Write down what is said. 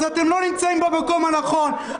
אז אתם לא נמצאים במקום הנכון.